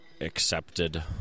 accepted